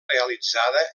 realitzada